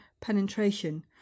penetration